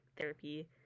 Therapy